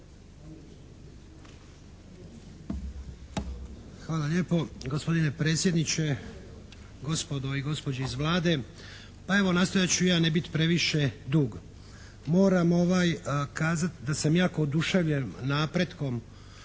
Hvala lijepo, gospodine predsjedniče, gospodo i gospođe iz Vlade. Pa evo nastojat ću ja ne biti previše dug. Moram kazati da sam jako oduševljen napretkom